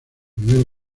primer